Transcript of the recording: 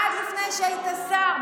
עד לפני שהיית שר,